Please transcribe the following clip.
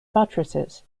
buttresses